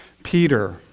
Peter